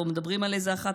או מדברים על איזה אחת,